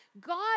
god